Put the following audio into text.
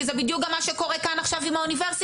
כי זה בדיוק גם מה שקורה כאן עכשיו עם האוניברסיטה.